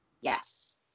Yes